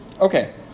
Okay